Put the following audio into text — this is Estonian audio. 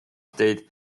teid